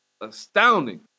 astounding